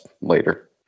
later